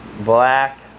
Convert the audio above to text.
black